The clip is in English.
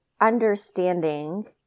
understanding